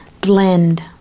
blend